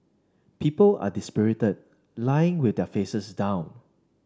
people are dispirited lying with their faces down